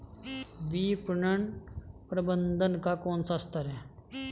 विपणन प्रबंधन का कौन सा स्तर है?